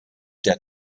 der